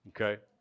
Okay